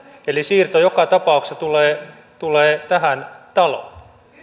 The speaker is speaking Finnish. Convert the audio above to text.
eli siirto joka tapauksessa tulee tulee tähän taloon